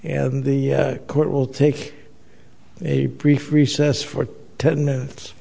and the court will take a brief recess for ten minutes